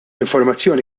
informazzjoni